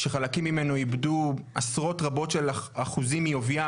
שחלקים ממנו איבדו עשרות רבות של אחוזים מעוביים,